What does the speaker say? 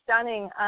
stunning